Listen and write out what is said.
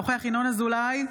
אינו נוכח ינון אזולאי,